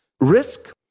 risk